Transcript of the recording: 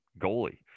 goalie